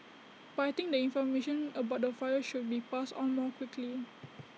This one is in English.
but I think the information about the fire should be passed on more quickly